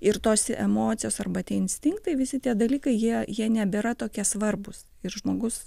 ir tos emocijos arba tie instinktai visi tie dalykai jie jie nebėra tokie svarbūs ir žmogus